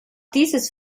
dieses